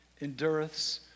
endureth